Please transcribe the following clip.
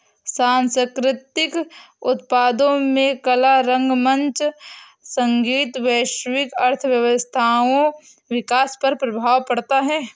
सांस्कृतिक उत्पादों में कला रंगमंच संगीत वैश्विक अर्थव्यवस्थाओं विकास पर प्रभाव पड़ता है